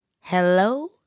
Hello